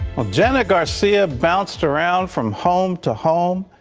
janet garcia bounced around from home to home.